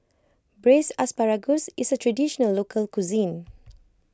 Braised Asparagus is a Traditional Local Cuisine